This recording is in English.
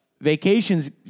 Vacations